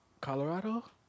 Colorado